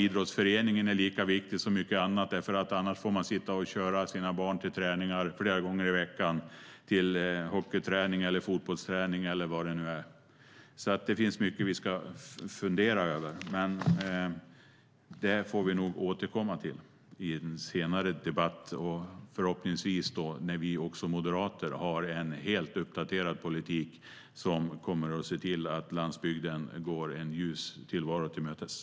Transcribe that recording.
Idrottsföreningen är lika viktig som mycket annat, för om den försvinner får man sitta och köra sina barn till träningar flera gånger i veckan - hockeyträning eller fotbollsträning eller vad det nu är.